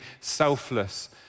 selfless